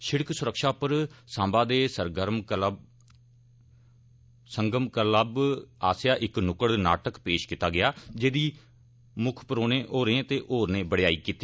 शिड़क सुरक्षा पर सांबा दे सरगम क्लब आस्सैआ इक नुक्कड नाटक पेश कीता गेआ जेदी मुक्ख परौहने होरें ते होरने बड़ेयाई कीती